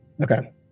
Okay